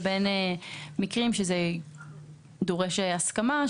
לבין מקרים שבהם נדרשת הסכמה,